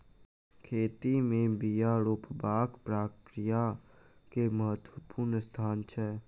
खेती में बिया रोपबाक प्रक्रिया के महत्वपूर्ण स्थान छै